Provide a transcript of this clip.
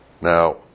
Now